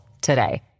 today